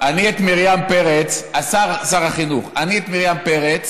שר החינוך, אני את מרים פרץ